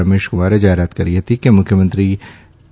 રમેશ કુમારે જાહેરાત કરી હતી કે મુખ્યમંત્રી એય